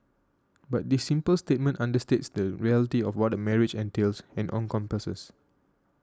but this simple statement understates the reality of what a marriage entails and encompasses